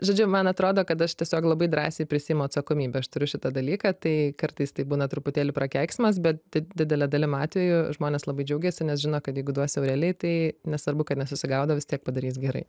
žodžiu man atrodo kad aš tiesiog labai drąsiai prisiimu atsakomybę aš turiu šitą dalyką tai kartais tai būna truputėlį prakeiksmas bet di didele dalim atveju žmonės labai džiaugiasi nes žino kad jeigu duos jau realiai tai nesvarbu kad nesusigaudo vis tiek padarys gerai